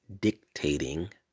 dictating